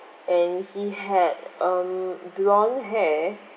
and he had um blonde hair